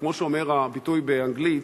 וכמו שאומר הביטוי באנגלית: